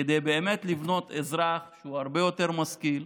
כדי לבנות אזרח שהוא הרבה יותר משכיל,